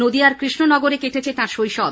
নদীয়ার কৃষ্ণনগরে কেটেছে তাঁর শৈশব